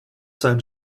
san